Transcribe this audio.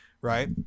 right